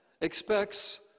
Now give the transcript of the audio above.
expects